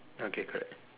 okay correct